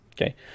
Okay